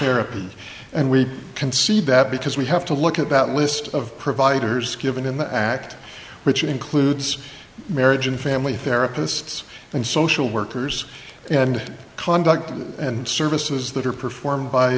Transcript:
therapy and we can see that because we have to look at that list of providers given in the act which includes marriage and family therapists and social workers and conduct and services that are performed by